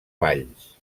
balls